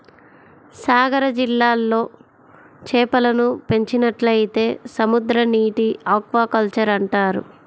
సాగర జలాల్లో చేపలను పెంచినట్లయితే సముద్రనీటి ఆక్వాకల్చర్ అంటారు